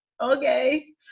okay